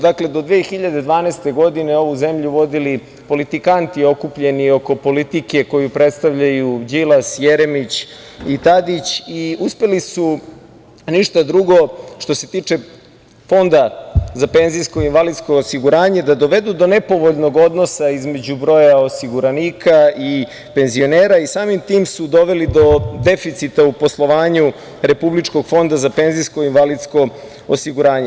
Dakle, do 2012. godine ovu zemlju su vodili politikanti okupljeni oko politike koju predstavljaju Đilas, Jeremić i Tadić i uspeli su ništa drugo što se tiče Fonda za penzijsko i invalidsko osiguranje, da dovedu do nepovoljnog odnosa između broja osiguranika i penzionera i samim tim su doveli do deficita u poslovanju Republičkog fonda za penzijsko-invalidsko osiguranje.